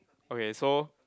okay so